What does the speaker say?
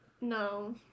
No